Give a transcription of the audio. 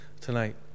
tonight